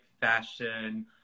fashion